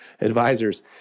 advisors